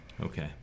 Okay